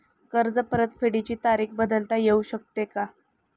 कर्ज परतफेडीची तारीख बदलता येऊ शकते का?